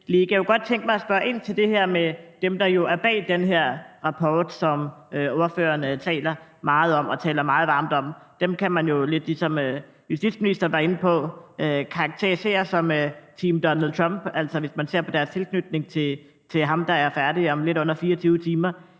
Jeg kunne godt tænke mig at spørge ind til det her med dem, der jo står bag den her rapport, som ordføreren taler meget om og meget varmt om. Dem kan man jo, lidt ligesom justitsministeren var inde på, karakterisere som Team Donald Trump, altså hvis man ser på deres tilknytning til ham, der er færdig om lidt under 24 timer.